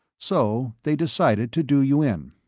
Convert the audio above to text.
so they decided to do you in.